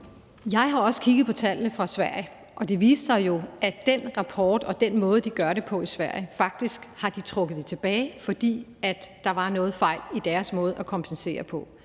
Jeg har også kigget på tallene fra Sverige, og det viser sig jo, at den rapport og den måde, de gør det på i Sverige, faktisk er blevet trukket tilbage, fordi der var nogle fejl i deres måde at kompensere på.